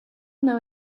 know